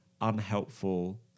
unhelpful